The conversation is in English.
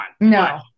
No